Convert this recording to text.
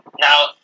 now